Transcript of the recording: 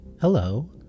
Hello